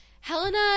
Helena